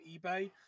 eBay